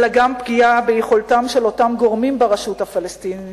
אלא גם פגיעה ביכולתם של אותם גורמים ברשות הפלסטינית,